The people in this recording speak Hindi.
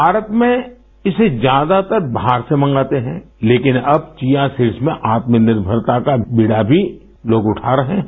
भारत में इसे ज्यादातर बाहर से मगाते हैं लेकिन अब चियाँ सीड़स में आत्मनिर्भरता का बीड़ा भी लोग उठा रहे हैं